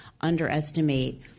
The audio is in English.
underestimate